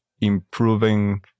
improving